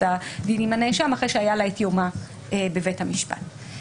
הדין עם הנאשם אחרי שהיה לה את יומה בבית המשפט.